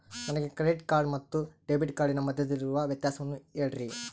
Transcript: ನನಗೆ credit card ಮತ್ತು debit ಕಾರ್ಡಿನ ಮಧ್ಯದಲ್ಲಿರುವ ವ್ಯತ್ಯಾಸವನ್ನು ಹೇಳ್ರಿ?